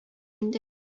инде